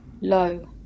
low